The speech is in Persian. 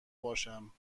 باشم